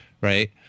right